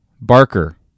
Barker